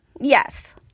Yes